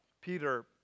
Peter